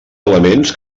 elements